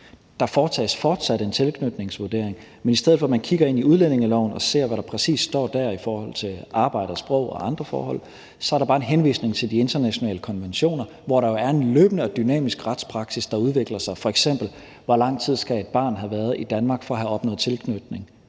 Der foretages fortsat en tilknytningsvurdering, men i stedet for at man kigger i udlændingeloven og ser, hvad der præcis står der i forhold til arbejde og sprog og andre forhold, så er der bare en henvisning til de internationale konventioner, hvor der jo er en løbende og dynamisk retspraksis, der udvikler sig, f.eks. i forhold til hvor lang tid et barn skal have været i Danmark for at have opnået tilknytning,